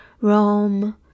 rome